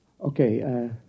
Okay